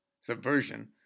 Subversion